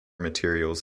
materials